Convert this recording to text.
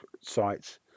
sites